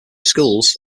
schools